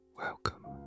Welcome